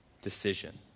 decision